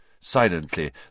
Silently